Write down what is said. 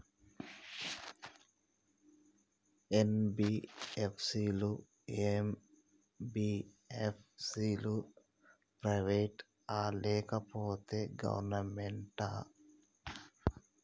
NBFC లు, MBFC లు private ఆ లేకపోతే గవర్నమెంటా?